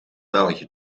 belgië